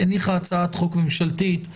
הניחה הצעת חוק ממשלתית.